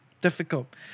difficult